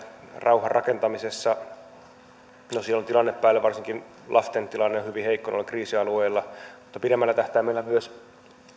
rauhanrakentamisessa no siellä on tilanne päällä ja varsinkin lasten tilanne on hyvin heikko noilla kriisialueilla mutta pidemmällä tähtäimellä